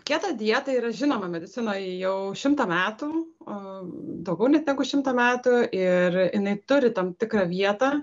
keta dieta yra žinoma medicinoje jau šimtą metų o daugiau net negu šimtą metų ir jinai turi tam tikrą vietą